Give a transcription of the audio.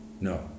no